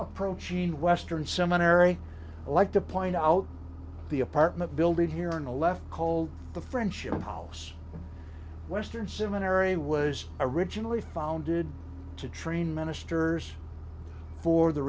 approaching western seminary like to point out the apartment building here in the left called the friendship house western similary was originally founded to train ministers for the